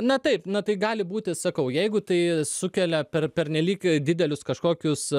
na taip na tai gali būti sakau jeigu tai sukelia per pernelyg didelius kažkokius